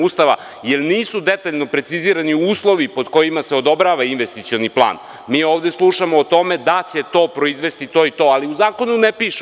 Ustava, jer nisu detaljno precizirani uslovi, pod kojima se odobrava investicioni plan, mi ovde slušamo o tome da će to proizvesti to i to, ali u zakonu ne piše.